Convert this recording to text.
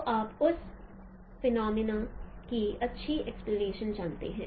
तो आप उन फिनॉमिना की अच्छी एक्सप्लेनेशन जानते हैं